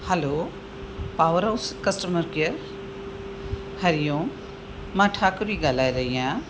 हलो power house customer care Hariom मां ठाकूरी ॻाल्हाए रही आहियां